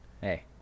hey